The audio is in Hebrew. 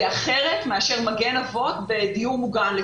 וזה אחרת מאשר מגן אבות בדיור מוגן.